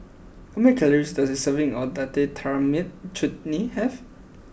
how many calories does a serving of Date Tamarind Chutney have